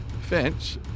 Finch